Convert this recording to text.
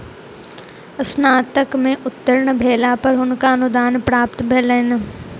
स्नातक में उत्तीर्ण भेला पर हुनका अनुदान प्राप्त भेलैन